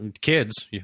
kids